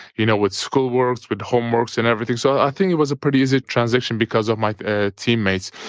you know with school works, with homeworks and everything. so i think it was a pretty easy transition because of my ah teammates.